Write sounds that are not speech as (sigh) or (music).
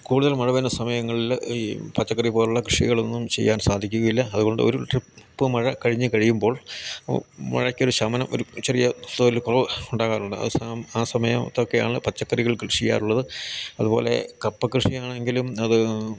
കൂടുതൽ മഴ വരണ സമയങ്ങളിൽ ഈ പച്ചക്കറിപോലുള്ള കൃഷികളൊന്നും ചെയ്യാൻ സാധിക്കുകയില്ല അതുകൊണ്ട് ഒരു ട്രിപ്പ് മഴ കഴിഞ്ഞു കഴിയുമ്പോൾ മഴയ്ക്കൊരു ശമനം ഒരു ചെറിയ ഒരു (unintelligible) കുറവ് ഉണ്ടാകാറുണ്ട് ആ സമയത്തൊക്കെയാണ് പച്ചക്കറികൾ കൃഷി ചെയ്യാറുള്ളത് അതുപോലെ കപ്പ കൃഷിയാണെങ്കിലും അത്